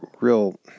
real